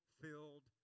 filled